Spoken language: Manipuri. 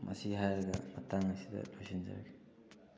ꯃꯁꯤ ꯍꯥꯏꯔꯒ ꯃꯇꯥꯡ ꯑꯁꯤꯗ ꯂꯣꯏꯁꯟꯖꯔꯒꯦ